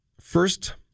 First